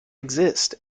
exist